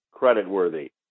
creditworthy